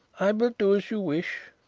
i will do as you wish.